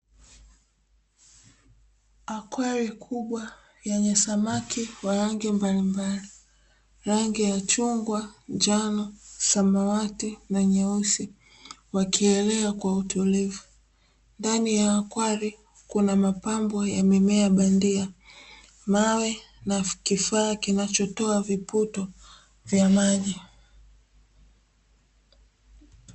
Akwari kubwa yenye samaki wa rangi mbalimbali; rangi ya chungwa, njano, samawati na nyeusi, wakiogelea kwa utulivu. Ndani ya akwari kuna mapambo ya mimea bandia, mawe na kifaa kinachotoa viputo vya maji.